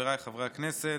חבריי חברי הכנסת,